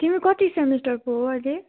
तिमी कति सेमिस्टरको हो अहिले